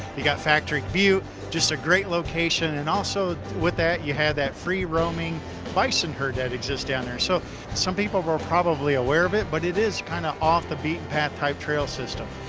you got factory butte just a great location and also with that you have that free roaming bison herd that exists down there so some people are aware of it but it is kind of off the beaten path type trail system.